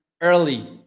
early